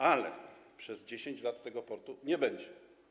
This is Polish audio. Ale przez 10 lat tego portu nie będzie.